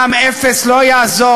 מע"מ אפס לא יעזור,